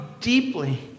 deeply